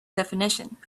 definition